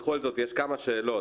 בכל זאת, יש כמה שאלות.